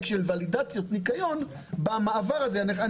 של ולידציות ניקיון במעבר הזה בין השימושים השונים.